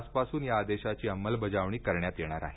आजपासून या आदेशाची अंमलबजावणी करण्यात येणार आहे